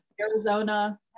Arizona